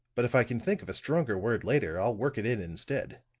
but if i can think of a stronger word later, i'll work it in instead.